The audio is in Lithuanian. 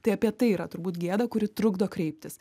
tai apie tai yra turbūt gėda kuri trukdo kreiptis